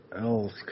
else